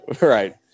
Right